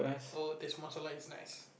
oh this muscle light is nice